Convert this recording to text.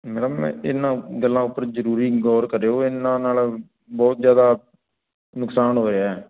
madam ਇਹਨਾਂ ਗੱਲਾਂ ਉੱਪਰ ਜ਼ਰੂਰੀ ਗੌਰ ਕਰਿਓ ਇਹਨਾਂ ਨਾਲ ਬਹੁਤ ਜ਼ਿਆਦਾ ਨੁਕਸਾਨ ਹੋਇਆ